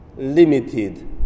limited